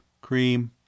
Cream